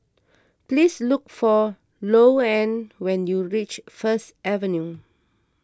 please look for Louann when you reach First Avenue